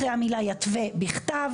יפה.